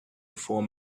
before